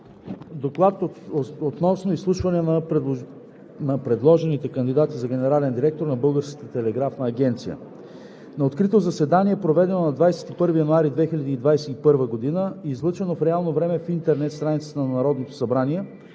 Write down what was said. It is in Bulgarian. „ДОКЛАД относно изслушване на предложените кандидати за генерален директор на Българската телеграфна агенция На открито заседание, проведено на 21 януари 2021 г. и излъчено в реално време в интернет страницата на Народното събрание,